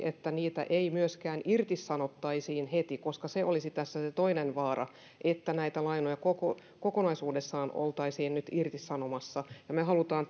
että niitä ei myöskään irtisanottaisi heti koska se olisi tässä se toinen vaara että näitä lainoja kokonaisuudessaan oltaisiin nyt irtisanomassa me haluamme